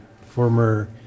former